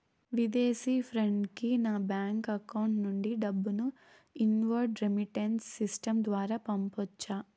విదేశీ ఫ్రెండ్ కి నా బ్యాంకు అకౌంట్ నుండి డబ్బును ఇన్వార్డ్ రెమిట్టెన్స్ సిస్టం ద్వారా పంపొచ్చా?